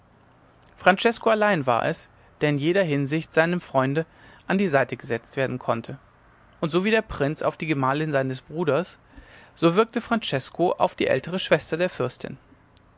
francesko allein war es der in jeder hinsicht seinem freunde an die seite gesetzt werden konnte und so wie der prinz auf die gemahlin seines bruders so wirkte francesko auf die ältere schwester der fürstin